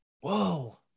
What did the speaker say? Whoa